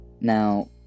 Now